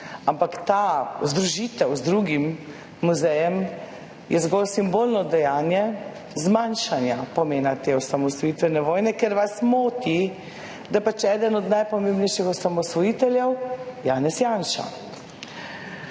Ampak ta združitev z drugim muzejem je zgolj simbolno dejanje zmanjšanja pomena te osamosvojitvene vojne, ker vas moti, da je pač eden od najpomembnejših osamosvojiteljev Janez Janša.